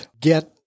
get